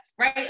Right